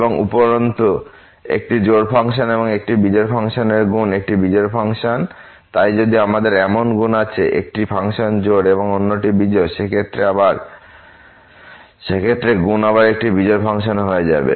এবং উপরন্তু একটি জোড় ফাংশন এবং একটি বিজোড় ফাংশন এর গুণ একটি বিজোড় ফাংশন তাই যদি আমাদের এমন গুণ আছে একটি ফাংশন জোড় এবং অন্য একটি বিজোড় যে ক্ষেত্রে গুণ আবার একটি বিজোড় ফাংশন হবে